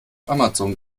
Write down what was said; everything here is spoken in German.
amazon